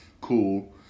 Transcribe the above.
cool